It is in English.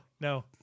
no